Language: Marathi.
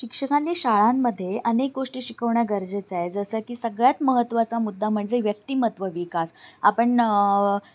शिक्षकांनी शाळांमध्ये अनेक गोष्टी शिकवणं गरजेचं आहे जसं की सगळ्यात महत्त्वाचा मुद्दा म्हणजे व्यक्तिमत्व विकास आपण